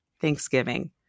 Thanksgiving